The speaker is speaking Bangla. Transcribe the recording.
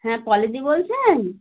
হ্যাঁ পলাদি বলছেন